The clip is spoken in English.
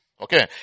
Okay